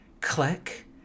click